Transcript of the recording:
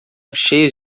cheias